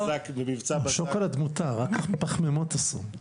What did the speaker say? שוקולד מותר, רק פחמימות אסור.